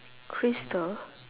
crystal